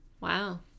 Wow